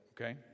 okay